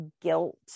guilt